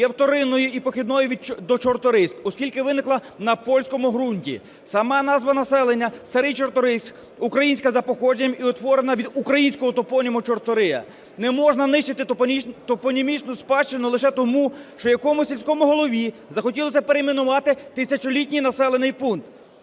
є вторинною і похідною до Чорторийськ, оскільки виникала на польському ґрунті. Сама назва поселення Старий Чорторийськ українська за походженням і утворена від українського топоніму Чортория. Не можна нищити топонімічну спадщину лише тому, що якомусь сільському голові захотілося перейменувати тисячолітній населений пункт.